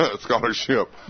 scholarship